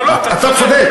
לא, לא, אתה צודק.